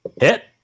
Hit